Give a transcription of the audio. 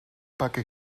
backe